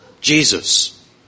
Jesus